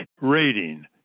rating